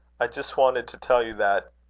i just wanted to tell you, that,